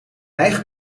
eigen